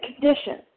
condition